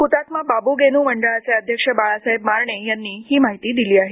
हुतात्मा बाबूगेनू मंडळाचे अध्यक्ष बाळासाहेब मारणे यांनी ही माहिती दिली आहे